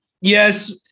Yes